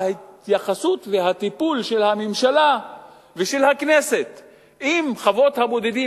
ההתייחסות והטיפול של הממשלה ושל הכנסת לחוות הבודדים,